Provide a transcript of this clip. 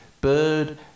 bird